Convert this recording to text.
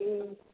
ए